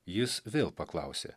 jis vėl paklausė